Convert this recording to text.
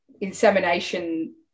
insemination